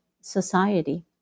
society